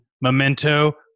Memento